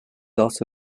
also